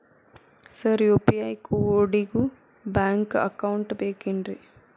Sir UPI ಕೋಡಿಗೂ bank account ಬೇಕೆನ್ರಿ?